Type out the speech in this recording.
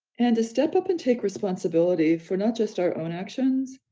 and to step up and take responsibility for not just our own actions,